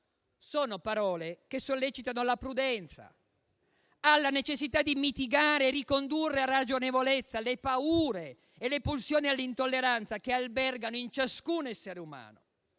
Sono parole che sollecitano alla prudenza, alla necessità di mitigare e ricondurre a ragionevolezza le paure e le pulsioni all'intolleranza che albergano in ciascun essere umano;